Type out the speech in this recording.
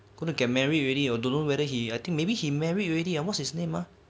gonna get married already don't know whether he don't know maybe he married already what's his name ah